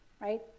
right